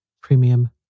Premium